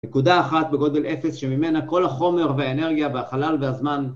נקודה אחת בגודל אפס שממנה כל החומר והאנרגיה והחלל והזמן